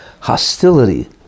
hostility